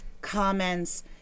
comments